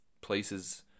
places